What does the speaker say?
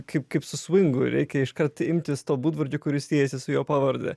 kaip kaip su svingu reikia iškart imtis to būdvardžio kuris siejasi su jo pavarde